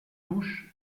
touches